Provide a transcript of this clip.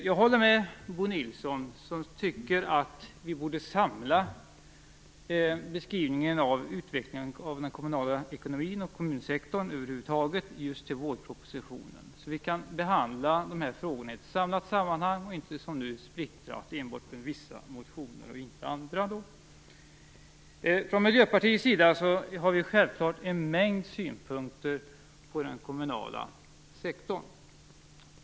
Jag håller med Bo Nilsson när han säger att vi borde samla beskrivningen av utvecklingen av den kommunala ekonomin och kommunsektorn över huvud taget just till vårpropositionen, så att vi kan behandla frågorna i ett samlat sammanhang och inte som nu splittra dem enbart på vissa motioner och inte andra. Från Miljöpartiets sida har vi självklart en mängd synpunkter på den kommunala sektorn.